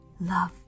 Love